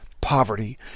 poverty